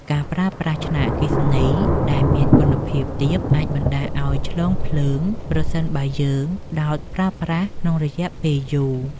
ការប្រើប្រាស់ឆ្នាំងអគ្គិសនីដែលមានគុណភាពទាបអាចបណ្តាលឱ្យឆ្លងភ្លើងប្រសិនបើយើងដោតប្រើប្រាស់ក្នុងរយៈពេលយូរ។